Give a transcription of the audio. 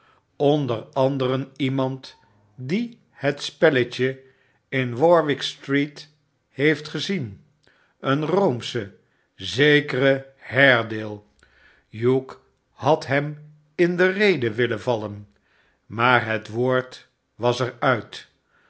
wonder anderen iemand die het spelletje in warwickstreet heeft gezien een roomsche zekere haredale hugh had hem in de rede willen vallen maar het woord was er uit